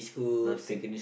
nothing